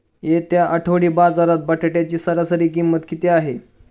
येत्या आठवडी बाजारात बटाट्याची सरासरी किंमत किती आहे?